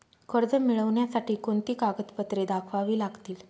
कर्ज मिळण्यासाठी कोणती कागदपत्रे दाखवावी लागतील?